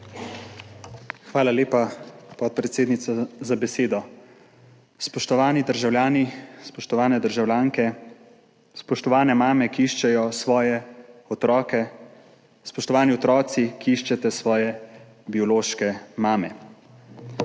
Hvala lepa, podpredsednica, za besedo. Spoštovani državljani, spoštovane državljanke, spoštovane mame, ki iščete svoje otroke, spoštovani otroci, ki iščete svoje biološke mame!